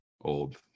old